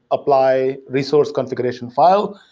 apply resource configuration file,